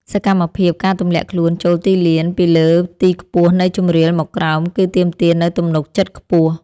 សកម្មភាព ការទម្លាក់ខ្លួនចូលទីលានពីលើទីខ្ពស់នៃជម្រាលមកក្រោម គឺទាមទារនូវទំនុកចិត្តខ្ពស់។